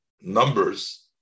Numbers